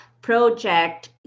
project